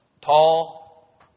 Tall